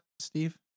Steve